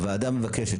(ג) הוועדה מבקשת,